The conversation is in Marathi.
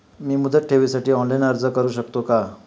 मी मुदत ठेवीसाठी ऑनलाइन अर्ज करू शकतो का?